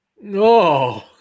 No